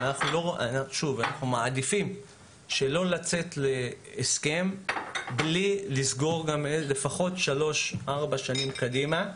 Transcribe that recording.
אנחנו מעדיפים שלא לצאת להסכם בלי גם לסגור לפחות שלוש-ארבע שנים קדימה,